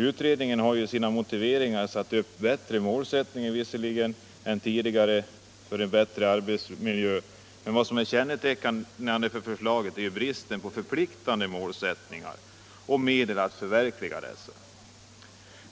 Utredningen har visserligen i sina motiveringar satt upp bättre målsättningar än tidigare för en bättre arbetsmiljö, men vad som är kännetecknande för förslaget är bristen på förpliktande målsättningar och medel att förverkliga dessa.